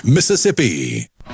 Mississippi